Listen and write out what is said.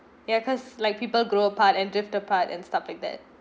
ya cause like people grow apart and drift apart and stuff like that